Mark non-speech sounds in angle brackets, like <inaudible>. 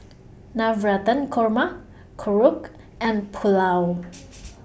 Navratan Korma Korokke and Pulao <noise>